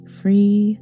free